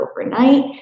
overnight